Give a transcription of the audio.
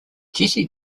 jessie